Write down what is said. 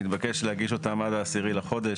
מתבקש להגיש אותן עד ה-10 לחודש,